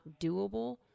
doable